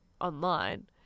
online